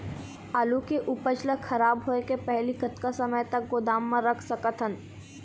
आलू के उपज ला खराब होय के पहली कतका समय तक गोदाम म रख सकत हन?